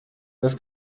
das